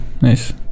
Nice